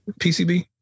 PCB